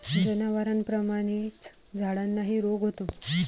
जनावरांप्रमाणेच झाडांनाही रोग होतो